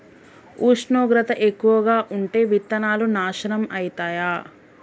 ఉష్ణోగ్రత ఎక్కువగా ఉంటే విత్తనాలు నాశనం ఐతయా?